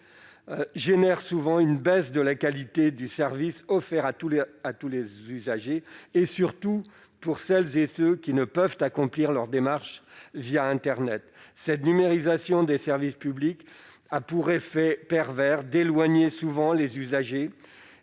entraîne souvent la baisse de la qualité du service offert à tous les usagers, surtout pour celles et ceux qui ne peuvent accomplir leur démarche via internet. Cette numérisation des services publics a pour effet pervers d'éloigner les usagers,